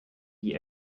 wie